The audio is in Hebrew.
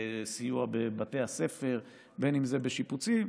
סיוע בבתי הספר, בין אם זה בשיפוצים.